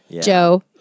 Joe